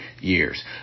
years